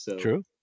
True